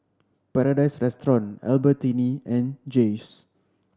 Paradise Restaurant Albertini and Jays